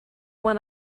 when